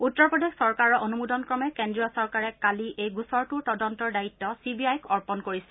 উত্তৰ প্ৰদেশ চৰকাৰৰ অনুমোদনক্ৰমে কেন্দ্ৰীয় চৰকাৰে কালি এই গোচৰটোৰ তদন্তৰ দায়িত্ব চি বি আইক অৰ্পণ কৰিছিল